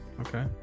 Okay